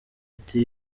ati